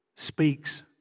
Speaks